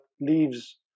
leaves